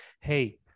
hey